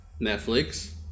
Netflix